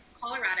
colorado